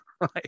right